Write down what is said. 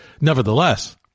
nevertheless